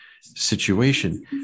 situation